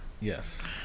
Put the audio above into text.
Yes